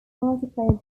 multiplayer